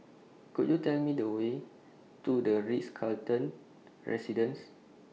Could YOU Tell Me The Way to The Ritz Carlton Residences